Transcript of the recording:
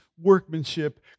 workmanship